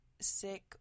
sick